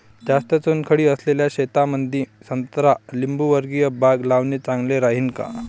जास्त चुनखडी असलेल्या शेतामंदी संत्रा लिंबूवर्गीय बाग लावणे चांगलं राहिन का?